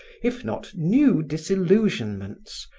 if not new disillusionments,